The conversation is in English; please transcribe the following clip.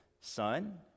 son